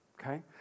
okay